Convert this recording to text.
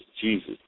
Jesus